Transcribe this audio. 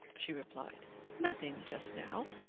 she replied nothing just now.